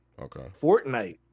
Fortnite